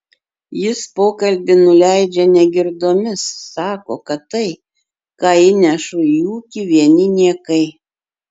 jis pokalbį nuleidžia negirdomis sako kad tai ką įnešu į ūkį vieni niekai